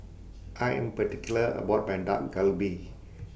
I Am particular about My Dak Galbi